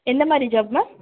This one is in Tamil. எந்த மாரி ஜாப் மேம்